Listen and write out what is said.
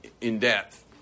in-depth